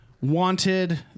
wanted